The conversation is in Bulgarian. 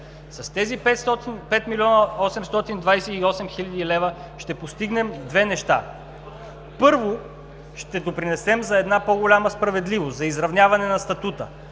С тези 5 млн. 828 хил. лв. ще постигнем две неща: първо, ще допринесем за една по-голяма справедливост за изравняване на статута.